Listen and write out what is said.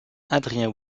adrien